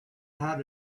how